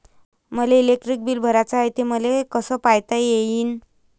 मले electric bill भराचं हाय, ते मले कस पायता येईन?